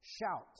Shout